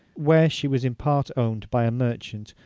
where she was in part owned by a merchant,